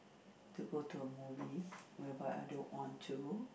to go to a movie whereby I don't want to